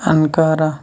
ہن کارا